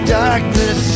darkness